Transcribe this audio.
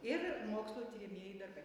ir mokslo tiriamieji darbai